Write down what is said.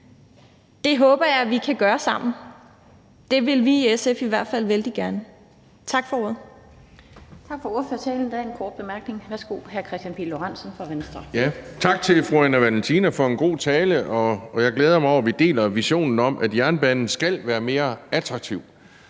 Det håber jeg vi kan gøre sammen; det vil vi i SF i hvert fald vældig gerne. Tak for ordet.